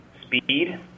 speed